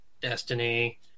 Destiny